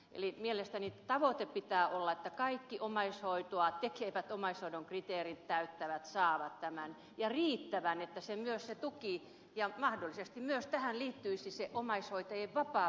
eli mielestäni tavoitteen pitää olla että kaikki omaishoitoa tekevät omaishoidon kriteerit täyttävät saavat tämän ja riittävän tuen ja mahdollisesti tähän liittyisi myös se omaishoitajien vapaapäivien määrä